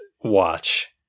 watch